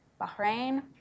Bahrain